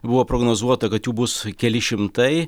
buvo prognozuota kad jų bus keli šimtai